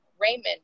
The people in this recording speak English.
Raymond